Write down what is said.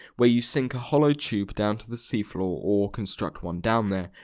where you sink a hollow tube down to the sea floor or construct one down there,